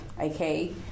okay